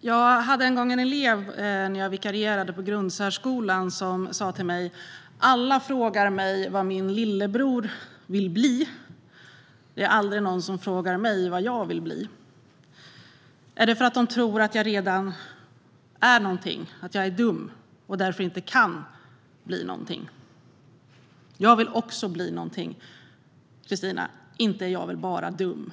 Jag hade en gång, när jag vikarierade i grundsärskolan, en elev som sa till mig: Alla frågar mig vad min lillebror vill bli. Det är aldrig någon som frågar mig vad jag vill bli. Är det för att de tror att jag redan är någonting, att jag är dum och därför inte kan bli någonting? Jag vill också bli någonting, Christina; inte är väl jag bara dum?